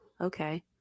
Okay